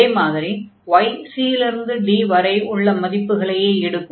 அதே மாதிரி y c இலிருந்து d வரை உள்ள மதிப்புகளையே எடுக்கும்